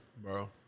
Bro